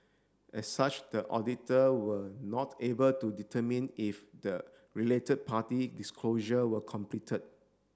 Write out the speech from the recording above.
as such the auditor were not able to determine if the related party disclosure were completed